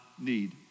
need